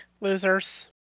losers